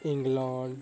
England